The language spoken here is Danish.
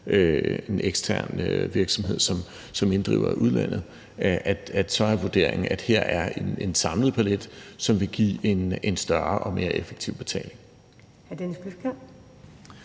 en ekstern virksomhed, som inddriver i udlandet, vurderes som en samlet palet, der vil give en større og mere effektiv betaling.